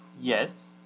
Yes